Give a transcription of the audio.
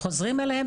חוזרים אליהם,